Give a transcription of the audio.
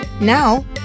Now